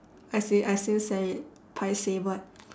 I still I still said it paiseh but